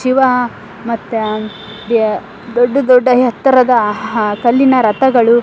ಶಿವ ಮತ್ತು ಅದೇ ದೊಡ್ಡ ದೊಡ್ಡ ಎತ್ತರದ ಆ ಕಲ್ಲಿನ ರಥಗಳು